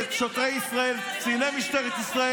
ככה נראית המדינה, דמוקרטיה.